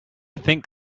think